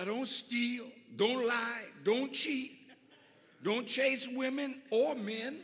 don't steal don't lie don't cheat don't chase women or men